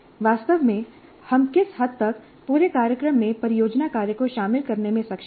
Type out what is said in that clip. वास्तव में हम किस हद तक पूरे कार्यक्रम में परियोजना कार्य को शामिल करने में सक्षम हैं